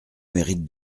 mérite